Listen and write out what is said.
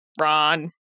Ron